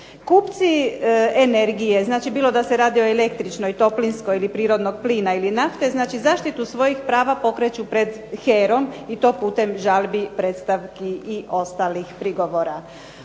Kupci energije, znači bilo da se radi o električnoj, toplinskoj ili prirodnog plina ili nafte, znači zaštitu svojih prava pokreću pred HERA-om i to putem žalbi, predstavki i ostalih prigovora.